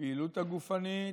לפעילות הגופנית,